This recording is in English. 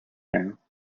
know